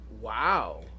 wow